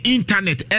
Internet